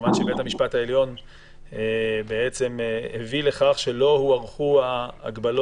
מכיוון שבית המשפט העליון הביא לכך שלא הוארכו ההגבלות